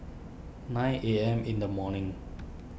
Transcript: nine A M in the morning